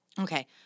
Okay